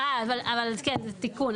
אה, אבל כן, זה תיקון.